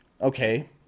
okay